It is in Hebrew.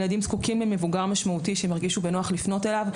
ילדים זקוקים למבוגר משמעותי שירגישו בנוח לפנות אליו.